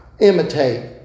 imitate